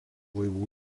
laivų